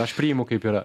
aš priimu kaip yra